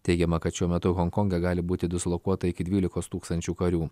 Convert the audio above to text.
teigiama kad šiuo metu honkonge gali būti dislokuota iki dvylikos tūkstančių karių